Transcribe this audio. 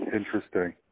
Interesting